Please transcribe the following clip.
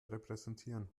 repräsentieren